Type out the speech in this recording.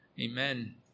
Amen